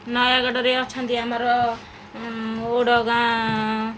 ନୟାଗଡ଼ରେ ଅଛନ୍ତି ଆମର ଓଡ଼ଗାଁ